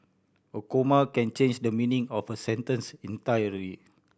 a comma can change the meaning of a sentence entirely